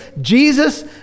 Jesus